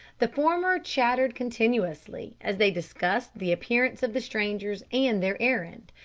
the former chattered continuously, as they discussed the appearance of the strangers and their errand,